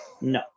no